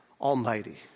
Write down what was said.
Almighty